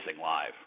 live